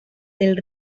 del